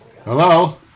Hello